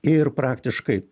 ir praktiškai